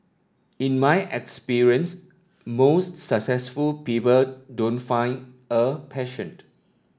in my experience most successful people don't find a passion